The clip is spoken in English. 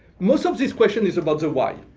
most of this question is about the why.